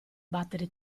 battere